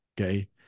Okay